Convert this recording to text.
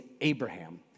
Abraham